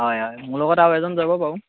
হয় হয় মোৰ লগত আৰু এজন যাব বাৰু